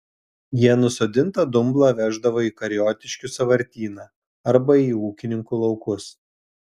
jie nusodintą dumblą veždavo į kariotiškių sąvartyną arba į ūkininkų laukus